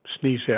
sneeze